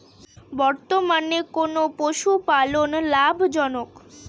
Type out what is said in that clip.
বর্তমানে কোন পশুপালন লাভজনক?